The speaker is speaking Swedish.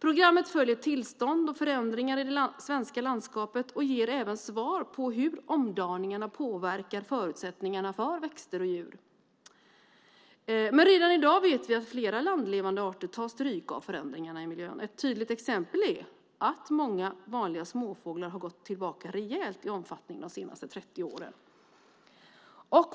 Programmet följer tillstånd och förändringar i det svenska landskapet och ger även svar på hur omdaningarna påverkar förutsättningarna för växter och djur. Men redan i dag vet vi att flera landlevande arter tar stryk av förändringarna i miljön. Ett tydligt exempel är att många vanliga småfåglar har gått tillbaka rejält i omfattning de senaste 30 åren.